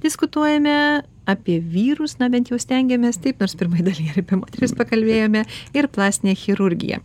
diskutuojame apie vyrus na bent jau stengiamės taip nors pirmoj daly ir apie moteris pakalbėjome ir plastinė chirurgija